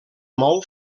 mou